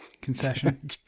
concession